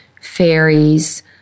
fairies